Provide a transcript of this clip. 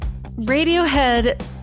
Radiohead